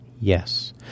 Yes